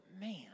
man